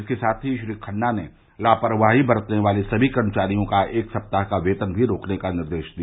इसके साथ ही श्री खन्ना ने लापखाही बरतने वाले सभी कर्मचारियों का एक सप्ताह का वेतन भी रोकने का निर्देश दिया